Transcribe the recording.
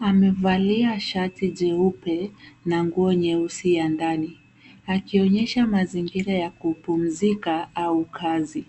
Amevelia shati jeupe na nguo nyeusi ya ndani akionyesha mazingira ya kupumzika au kazi.